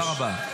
אל תדאג, לא